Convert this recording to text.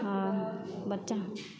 आहाहा बच्चा छै